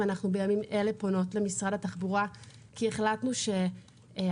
ואנחנו בימים אלה פונות למשרד התחבורה כי החלטנו שהתשובות